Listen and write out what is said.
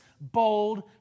bold